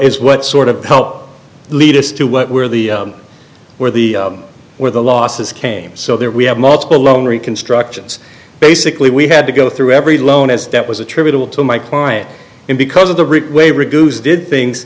is what sort of help lead us to what were the where the where the losses came so there we have multiple loan reconstructions basically we had to go through every loan as that was attributable to my client and because of the